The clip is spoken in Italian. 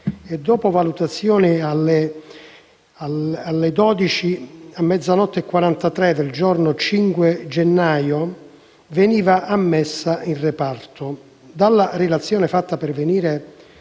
e, dopo valutazioni, alle ore 00,43 del giorno 5 gennaio, veniva ammessa in reparto. Dalla relazione fatta pervenire